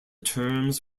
terms